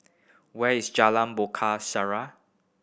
where is Jalan